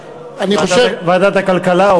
ועדת הכלכלה אולי.